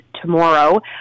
tomorrow